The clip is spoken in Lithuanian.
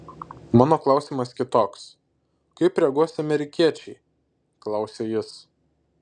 mano klausimas kitoks kaip reaguos amerikiečiai klausia jis